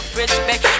respect